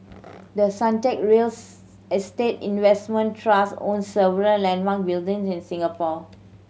the Suntec real estate investment trust owns several landmark building in Singapore